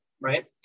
Right